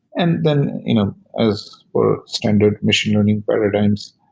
and then you know as for standard machine learning paradigms,